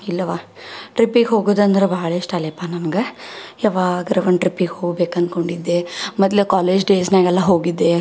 ಇಲ್ಲವ ಟ್ರಿಪ್ಪಿಗೆ ಹೋಗೋದಂದ್ರ್ ಭಾಳ್ ಇಷ್ಟ ಲೇ ಪಾ ನಮ್ಗೆ ಯಾವಾಗರ ಒಂದು ಟ್ರಿಪ್ಪಿಗೆ ಹೋಗ್ಬೇಕ್ ಅನ್ಕೊಂಡಿದ್ದೆ ಮೊದ್ಲು ಕಾಲೇಜ್ ಡೇಸ್ನಾಗೆಲ್ಲ ಹೋಗಿದ್ದೇ